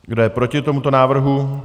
Kdo je proti tomuto návrhu?